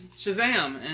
Shazam